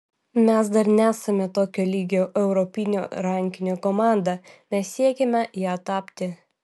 mes dar nesame tokio lygio europinio rankinio komanda mes siekiame ja tapti